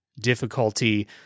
difficulty